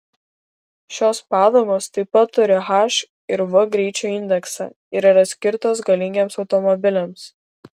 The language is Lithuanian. šios padangos taip pat turi h ir v greičio indeksą ir yra skirtos galingiems automobiliams